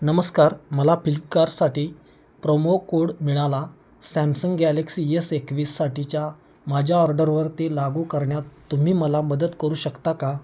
नमस्कार मला फ्लिपकारसाठी प्रोमो कोड मिळाला सॅमसंग गॅलेक्सी यस एकवीससाठीच्या माझ्या ऑर्डरवर ते लागू करण्यात तुम्ही मला मदत करू शकता का